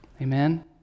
Amen